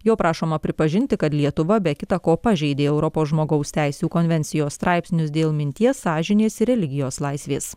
jo prašoma pripažinti kad lietuva be kita ko pažeidė europos žmogaus teisių konvencijos straipsnius dėl minties sąžinės ir religijos laisvės